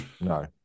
No